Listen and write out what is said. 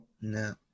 No